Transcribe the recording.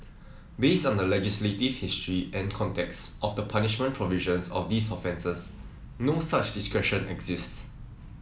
based on the legislative history and context of the punishment provisions of these offences no such discretion exists